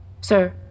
Sir